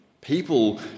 People